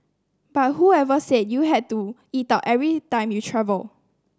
but whoever said you had to eat out every time you travel